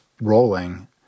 rolling